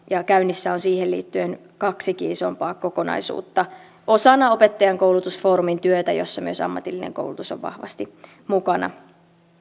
käynnissä on siihen liittyen kaksikin isompaa kokonaisuutta osana opettajankoulutusfoorumin työtä jossa myös ammatillinen koulutus on vahvasti mukana